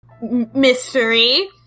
mystery